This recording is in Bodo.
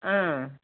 ओम